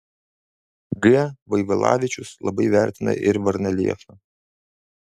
g vaivilavičius labai vertina ir varnalėšą